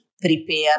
Prepare